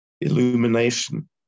illumination